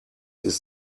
ist